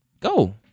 go